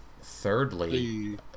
thirdly